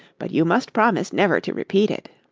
but you must promise never to repeat it.